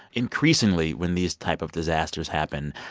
increasingly, when these type of disasters happen,